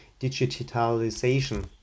digitalization